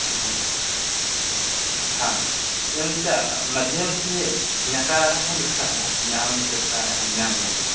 हा एवञ्च मध्ये मध्ये ज्ञकारः दृष्टः वा ज्ञानमित्यत्र यः ज्ञा भवति